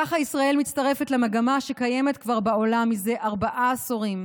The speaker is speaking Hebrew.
ככה ישראל מצטרפת למגמה שכבר קיימת בעולם זה ארבעה עשורים